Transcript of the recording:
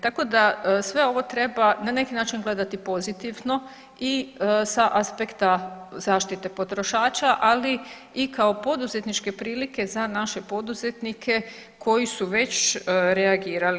Tako da sve ovo treba na neki način gledati pozitivno i sa aspekta zaštite potrošača, ali i kao poduzetničke prilike za naše poduzetnike koji su već reagirali.